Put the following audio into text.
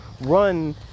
run